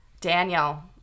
Daniel